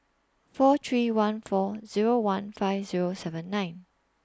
four three one four Zero one five Zero seven nine